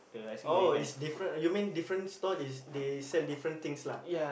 oh is different uh you mean different stall is they sell different things lah